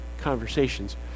conversations